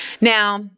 Now